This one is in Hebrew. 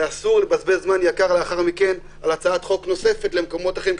ואסור לבזבז זמן יקר לאחר מכן על הצעת חוק נוספת למקומות אחרים,